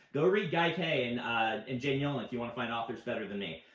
go read guy kay and ah and jane yolen if you want to find authors better than me.